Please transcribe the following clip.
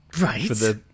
Right